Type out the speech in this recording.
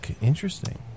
interesting